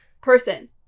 person